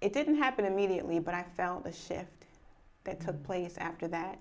it didn't happen immediately but i felt the shift that took place after that